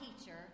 teacher